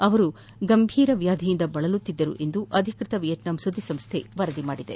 ಅವರು ಗಂಭೀರ ವ್ಯಾಧಿಯಿಂದ ಬಳಲುತ್ತಿದ್ದರು ಎಂದು ಅಧಿಕೃತ ವಿಯೆಟ್ನಾಂ ಸುದ್ದಿ ಸಂಸ್ಥೆ ವರದಿ ಮಾದಿದೆ